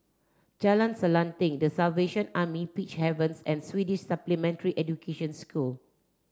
Jalan Selanting The Salvation Army Peacehaven and Swedish Supplementary Education School